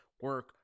Work